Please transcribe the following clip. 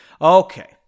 Okay